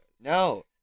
No